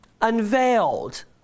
unveiled